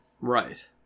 right